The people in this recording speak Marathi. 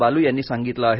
बालू यांनी सांगितले आहे